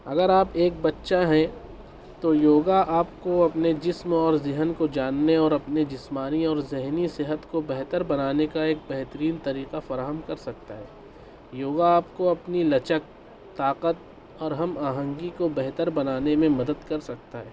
اگر آپ ایک بچہ ہیں تو یوگا آپ کو اپنے جسم اور ذہن کو جاننے اور اپنے جسمانی اور ذہنی صحت کو بہتر بنانے کا ایک بہترین طریقہ فراہم کر سکتا ہے یوگا آپ کو اپنی لچک طاقت اور ہم آہنگی کو بہتر بنانے میں مدد کر سکتا ہے